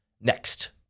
next